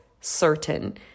certain